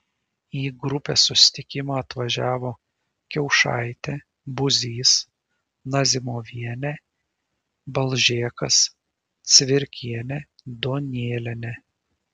į grupės susitikimą atvažiavo kiaušaitė buzys nazimovienė balžėkas cvirkienė duonėlienė